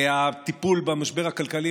הטיפול במשבר הכלכלי,